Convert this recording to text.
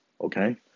okay